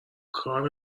کار